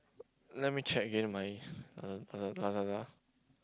let me check again my uh uh Lazada